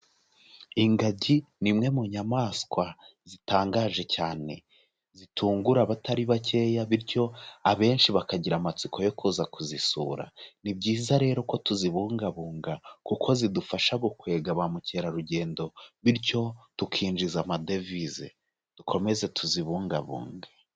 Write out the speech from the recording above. Ingagi ni imwe mu nyamaswa zitangaje cyane, zitungura abatari bakeya bityo abenshi bakagira amatsiko yo kuza kuzisura, ni byiza rero ko tuzibungabunga kuko zidufasha gukwega ba mukerarugendo bityo tukinjiza amadevize, dukomeze tuzibungabunge.